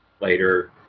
later